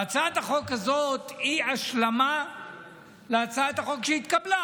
והצעת החוק הזו היא השלמה להצעת החוק שהתקבלה,